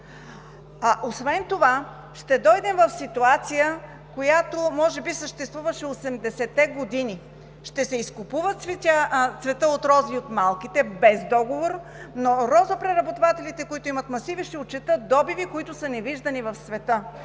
Освен това ще дойдем в ситуация, която може би съществуваше през 80-те години. Ще се изкупува цветът от рози от малките без договор, но розопреработвателите, които имат масиви, ще отчетат добиви, които са невиждани в света